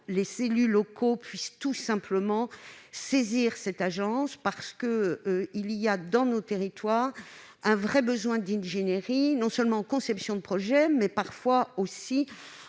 les élus locaux puissent saisir, tout simplement, cette agence. Il y a, dans nos territoires, un vrai besoin d'ingénierie, non seulement en conception de projets mais aussi,